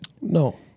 No